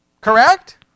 Correct